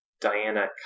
Diana